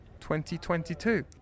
2022